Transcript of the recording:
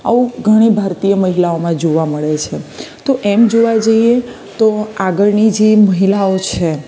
આવું ઘણી ભારતીય મહિલાઓમાં જોવા મળે છે તો એમ જોવા જઈએ તો આગળની જે મહિલાઓ છે